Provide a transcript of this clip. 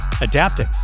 adapting